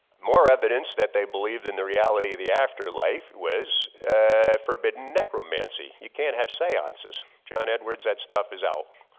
more evidence that they believed in the reality of the afterlife, was forbidden necromancy. you can't have seances. john edwards that stuff is out.